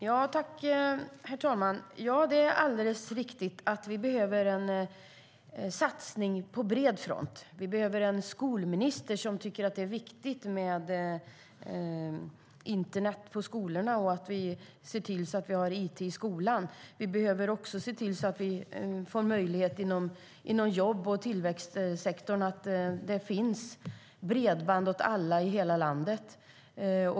Herr talman! Ja, det är alldeles riktigt att vi behöver en satsning på bred front. Vi behöver en skolminister som tycker att det är viktigt med internet på skolorna och att vi har it i skolan. Vi behöver också se till att det finns bredband åt alla i hela landet.